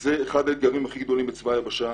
זה אחד האתגרים הכי גדולים בצבא היבשה.